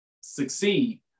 succeed